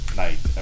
night